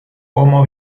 como